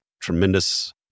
tremendous